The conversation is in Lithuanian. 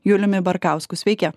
juliumi barkausku sveiki